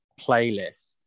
playlist